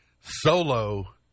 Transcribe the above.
Solo